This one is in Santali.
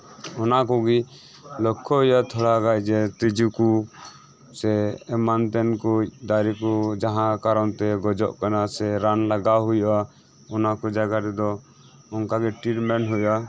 ᱚᱱᱟᱠᱩᱜᱤ ᱞᱚᱠᱷᱚᱭ ᱦᱩᱭᱩᱜᱼᱟ ᱛᱷᱚᱲᱟᱫᱚ ᱡᱮ ᱛᱤᱡᱩᱠᱩ ᱥᱮ ᱮᱢᱟᱱ ᱛᱮᱱᱠᱩᱡ ᱫᱟᱨᱤᱠᱩ ᱡᱟᱦᱟᱸ ᱠᱟᱨᱚᱱᱛᱮ ᱜᱚᱡᱚᱜ ᱠᱟᱱᱟ ᱥᱮ ᱨᱟᱱ ᱞᱟᱜᱟᱣ ᱦᱩᱭᱩᱜᱼᱟ ᱚᱱᱟᱠᱩ ᱡᱟᱭᱜᱟ ᱨᱮᱫᱚ ᱚᱱᱠᱟᱜᱤ ᱴᱨᱤᱴᱢᱮᱱᱴ ᱦᱩᱭᱩᱜᱼᱟ